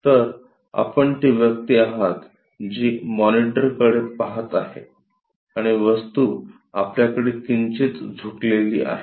तर आपण ती व्यक्ती आहात जी मॉनिटरकडे पहात आहे आणि वस्तू आपल्याकडे किंचित झुकलेली आहे